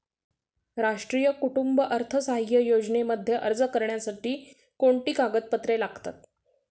राष्ट्रीय कुटुंब अर्थसहाय्य योजनेमध्ये अर्ज करण्यासाठी कोणती कागदपत्रे लागतात?